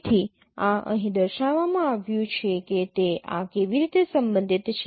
તેથી આ અહીં દર્શાવવામાં આવ્યું છે કે તે આ કેવી રીતે સંબંધિત છે